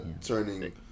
turning